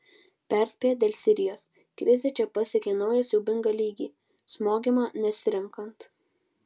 perspėja dėl sirijos krizė čia pasiekė naują siaubingą lygį smogiama nesirenkant